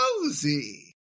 cozy